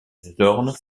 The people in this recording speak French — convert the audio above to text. zorn